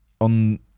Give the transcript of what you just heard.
on